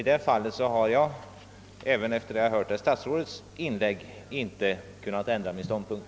I det fallet har jag, även efter att ha hört statsrådets inlägg, inte kunnat ändra min ståndpunkt.